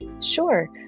Sure